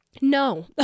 No